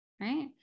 Right